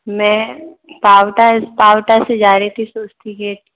मैं पाउटा पाउटा से जा रही थी स्रुस्ती गेट